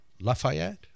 Lafayette